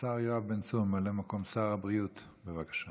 השר יואב בן צור, ממלא מקום שר הבריאות, בבקשה.